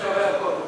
שווה הכול.